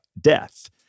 death